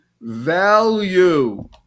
value